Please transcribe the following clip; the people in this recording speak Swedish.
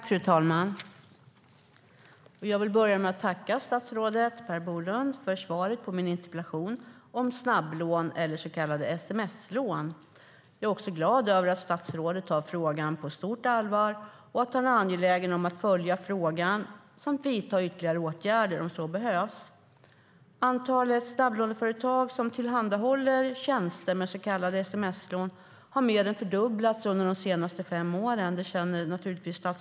Fru talman! Jag vill börja med att tacka statsrådet Per Bolund för svaret på min interpellation om snabblån eller så kallade sms-lån. Jag är också glad över att statsrådet tar frågan på stort allvar och att han är angelägen om att följa frågan samt vidta ytterligare åtgärder om så behövs. Antalet snabblåneföretag som tillhandahåller tjänster med så kallade sms-lån har mer än fördubblats under de senaste fem åren; det känner statsrådet naturligtvis till.